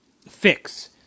fix